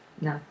no